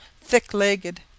thick-legged